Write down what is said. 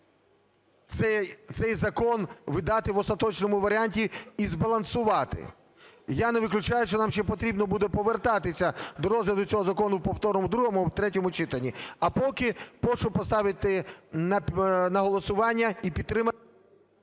цей закон видати в остаточному варіанті і збалансувати. Я не виключаю, що нам ще потрібно буде повертатися до розгляду цього закону в повторному другому або в третьому читанні. А поки прошу поставити на голосування і підтримати…